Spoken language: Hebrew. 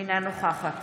אינה נוכחת